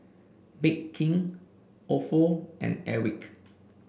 Bake King Ofo and Airwick